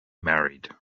married